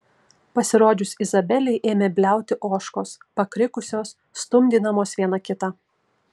pasirodžius izabelei ėmė bliauti ožkos pakrikusios stumdydamos viena kitą